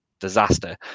disaster